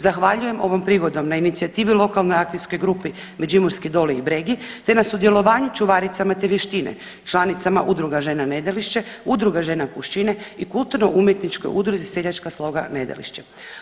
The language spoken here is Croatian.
Zahvaljujem ovom prigodom na inicijativi Lokalnoj akcijskog grupi Međimurski doli i bregi te na čuvaricama te vještine, članicama Udruga žena Nedelišće, Udruga žene Pušćine i Kulturno umjetničkoj udruzi Seljačka sloga Nedelišće.